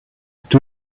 two